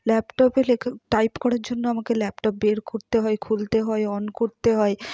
ল্যাপটপে লেখা টাইপ করার জন্য আমাকে ল্যাপটপ বের করতে হয় খুলতে হয় অন করতে হয়